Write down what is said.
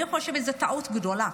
אני חושבת שזו טעות גדולה.